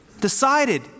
decided